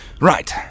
Right